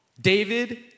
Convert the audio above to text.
David